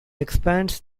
expands